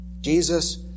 Jesus